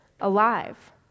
alive